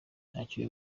ntacyo